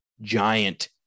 giant